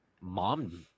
mom